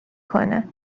کنه